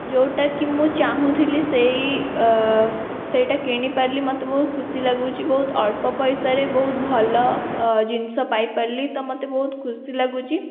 ଯେଉଁଟାକି ମୁଁ ଚାହୁଁଥିଲି ସେଇ ଅ ସେଇଟା କିଣିପାରିଲି ମୋତେ ବହୁତ ଖୁସି ଲାଗୁଛି ବହୁତ ଅଳ୍ପ ପଇସାରେ ବହୁତ ଭଲ ଅ ଜିନିଷ ପାଇପାରିଲି ତ ମୋତେ ବହୁତ ଖୁସି ଲାଗୁଛି